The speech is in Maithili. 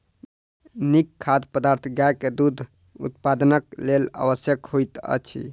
नीक खाद्य पदार्थ गाय के दूध उत्पादनक लेल आवश्यक होइत अछि